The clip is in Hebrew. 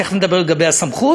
תכף נדבר על הסמכות.